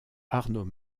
arnaud